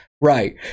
right